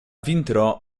vintro